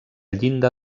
llinda